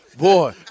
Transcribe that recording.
Boy